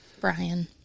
Brian